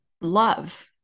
love